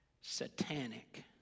satanic